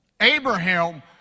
Abraham